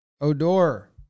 Odor